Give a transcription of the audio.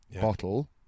bottle